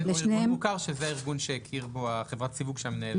ארגון מוכר שהוא הארגון, חברת סיווג שהמנהל הכיר.